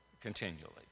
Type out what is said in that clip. continually